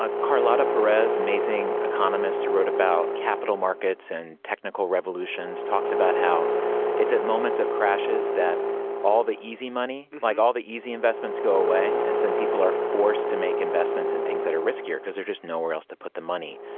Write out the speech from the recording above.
ah carlotta perez amazing economists who wrote about capital markets and technical revolutions talks about how it's at moments of crashes that all the easy money like all the easy investments go away. and then people are forced to make investments in things that are riskier because there's just nowhere else to put the money.